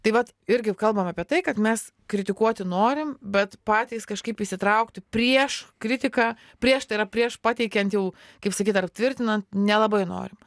tai vat irgi kalbam apie tai kad mes kritikuoti norim bet patys kažkaip įsitraukti prieš kritiką prieš tai yra prieš pateikiant jau kaip sakyt ar tvirtinant nelabai norim